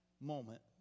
moment